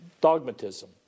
Dogmatism